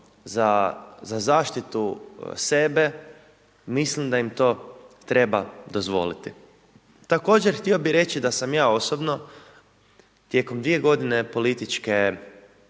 za zaštitu sebe, mislim da im to treba dozvoliti. Također htio bih reći da sam ja osobno tijekom 2 godine političke,